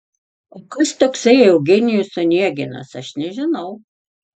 o kas toksai eugenijus oneginas aš nežinau